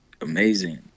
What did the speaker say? amazing